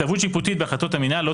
התערבות שיפוטית בהחלטות המינהל לא